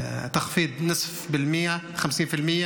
להלן תרגומם החוק הזה הוא חוק שהגישו חלק מהחברים בכנסת,